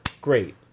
great